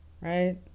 Right